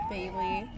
Bailey